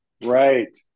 Right